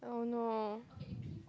oh no